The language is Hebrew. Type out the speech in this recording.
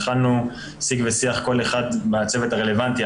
התחלנו שיג ושיח כל אחד עם הצוות הרלבנטי ,